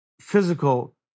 physical